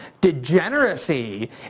degeneracy